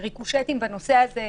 ריקושטים או טענות בנושא הזה.